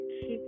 keep